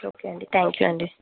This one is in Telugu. ఓకే అండి థ్యాంక్యూ అండి